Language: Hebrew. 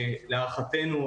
להערכתנו,